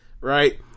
right